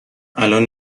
الان